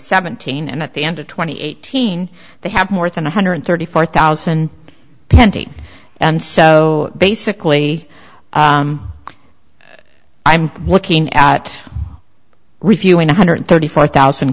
seventeen and at the end of twenty eighteen they have more than one hundred thirty four thousand pending and so basically i'm looking at reviewing one hundred thirty four thousand